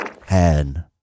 head